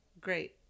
great